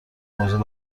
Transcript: موضوع